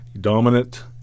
dominant